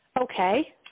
Okay